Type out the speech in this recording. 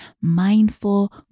mindful